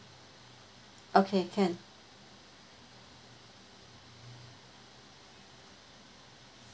okay can